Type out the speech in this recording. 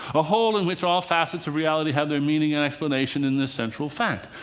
a whole in which all facets of reality have their meaning and explanation in this central fact.